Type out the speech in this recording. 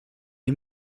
est